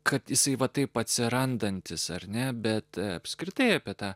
kad jisai va taip atsirandantis ar ne bet apskritai apie tą